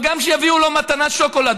וגם שיביאו לו מתנה שוקולד,